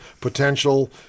potential